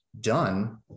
done